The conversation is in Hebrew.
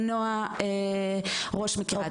ונועה ממשרד הביטחון,